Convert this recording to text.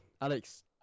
Alex